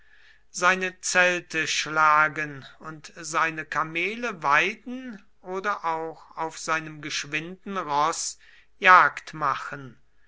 seine zelte schlagen und seine kamele weiden oder auch auf seinem geschwinden roß